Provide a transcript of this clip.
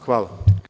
Hvala.